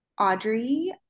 Audrey